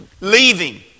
leaving